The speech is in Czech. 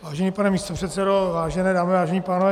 Vážený pane místopředsedo, vážené dámy, vážení pánové.